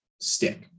stick